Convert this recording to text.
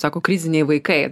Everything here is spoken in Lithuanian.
sako kriziniai vaikai